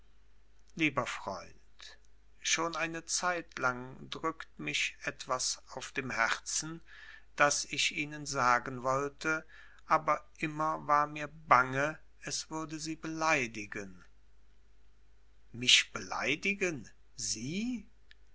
lieber freund schon eine zeitlang drückt mich etwas auf dem herzen das ich ihnen sagen wollte aber immer war mir bange es würde sie beleidigen mich beleidigen sie